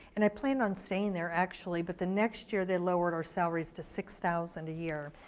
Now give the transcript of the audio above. and i planned on staying there actually, but the next year they lowered our salaries to six thousand a year.